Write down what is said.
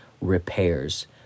repairs